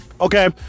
Okay